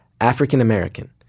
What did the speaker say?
African-American